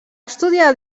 estudiar